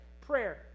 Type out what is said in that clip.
prayer